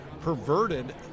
perverted